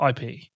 IP